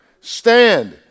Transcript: stand